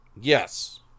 Yes